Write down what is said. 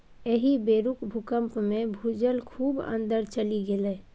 एहि बेरुक भूकंपमे भूजल खूब अंदर चलि गेलै